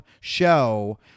show